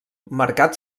mercat